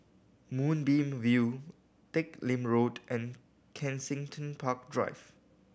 Moonbeam View Teck Lim Road and Kensington Park Drive